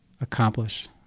accomplish